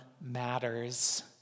matters